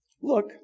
Look